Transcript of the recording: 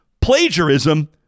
plagiarism